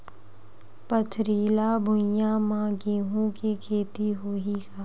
पथरिला भुइयां म गेहूं के खेती होही का?